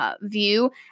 view